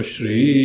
Shri